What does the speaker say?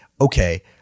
okay